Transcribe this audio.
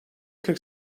kırk